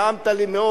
נעמת לי מאוד.